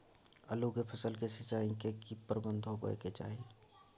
आलू के फसल के सिंचाई के की प्रबंध होबय के चाही?